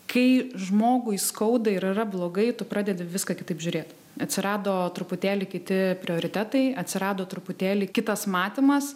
kai žmogui skauda ir yra blogai tu pradedi į viską kitaip žiūrėt atsirado truputėlį kiti prioritetai atsirado truputėlį kitas matymas